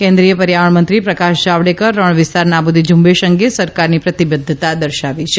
કેન્દ્રીય પર્યાવરણ મંત્રી પ્રકાશ જાવડેકર રણ વિસ્તાર નાબુદી ઝુંબેશ અંગે સરકારની પ્રતિબધ્ધતા દર્શાવી છે